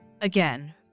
Again